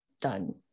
done